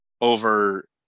over